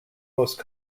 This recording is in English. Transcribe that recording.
most